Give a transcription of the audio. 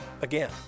Again